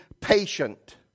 patient